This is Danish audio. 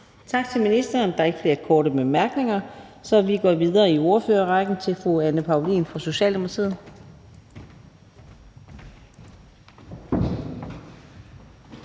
Tak til ordføreren. Der er ikke flere korte bemærkninger, så vi går videre i ordførerrækken til fru Mona Juul, Det Konservative